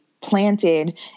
planted